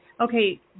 Okay